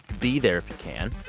be there if you can.